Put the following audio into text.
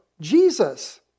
Jesus